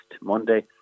Monday